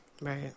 right